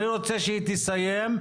אני רוצה שהיא תסיים,